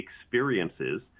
experiences